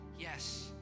yes